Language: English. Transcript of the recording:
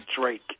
Drake